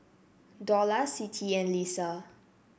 Dollah Siti and Lisa